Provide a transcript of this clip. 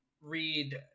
read